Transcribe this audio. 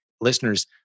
listeners